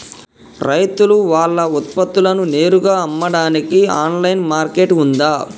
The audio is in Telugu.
రైతులు వాళ్ల ఉత్పత్తులను నేరుగా అమ్మడానికి ఆన్లైన్ మార్కెట్ ఉందా?